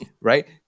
Right